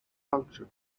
function